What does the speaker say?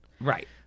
Right